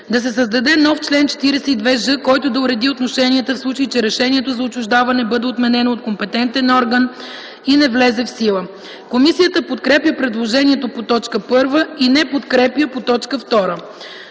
Да се създаде нов чл. 42ж, който да уреди отношенията в случай, че решението за отчуждаване бъде отменено от компетентен орган и не влезе в сила. Комисията подкрепя предложението по т. 1 и не подкрепя по т. 2.”